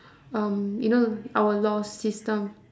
um you know our laws system